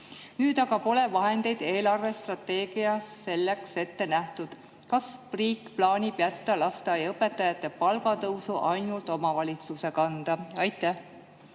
Nüüd aga pole eelarvestrateegias selleks vahendeid ette nähtud. Kas riik plaanib jätta lasteaiaõpetajate palgatõusu ainult omavalitsuse kanda? Aitäh!